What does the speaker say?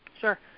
Sure